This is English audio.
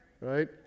Right